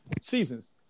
seasons